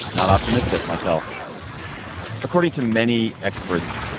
not optimistic myself according to many experts.